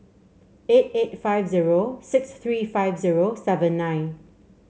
eight eight five zero six three five zero seven nine